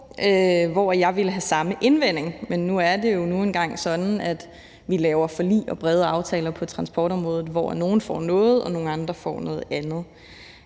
hvorom jeg ville have samme indvending, men nu er det jo nu en gang sådan, at vi laver forlig og brede aftaler på transportområdet, hvor nogle får noget, og andre får noget andet.